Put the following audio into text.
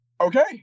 Okay